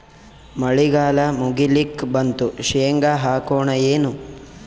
ಮಳಿಗಾಲ ಮುಗಿಲಿಕ್ ಬಂತು, ಶೇಂಗಾ ಹಾಕೋಣ ಏನು?